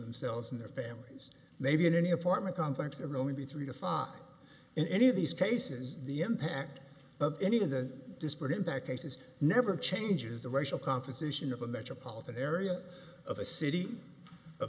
themselves and their families may be in any apartment complex and only three to five in any of these cases the impact of any of the disparate impact races never changes the racial composition of a metropolitan area of a city a